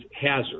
hazard